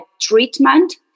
treatment